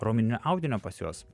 raumeninio audinio pas juos